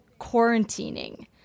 quarantining